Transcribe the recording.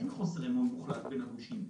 אין חוסר אמון מוחלט בין הגושים,